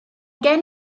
gen